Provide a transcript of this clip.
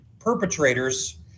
perpetrators